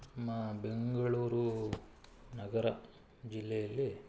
ನಮ್ಮ ಬೆಂಗಳೂರು ನಗರ ಜಿಲ್ಲೆಯಲ್ಲಿ